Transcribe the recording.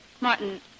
Martin